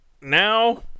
now